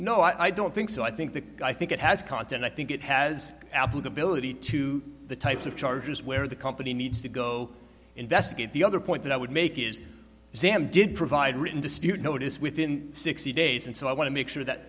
no i don't think so i think that i think it has content i think it has applicability to the types of charges where the company needs to go investigate the other point that i would make is sam did provide written dispute notice within sixty days and so i want to make sure that